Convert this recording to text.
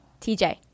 TJ